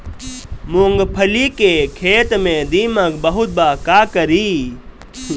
मूंगफली के खेत में दीमक बहुत बा का करी?